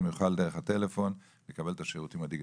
יוכל דרך הטלפון לקבל את השירותים הדיגיטליים?